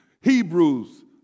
Hebrews